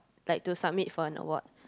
like to submit for an award